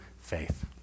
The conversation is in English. faith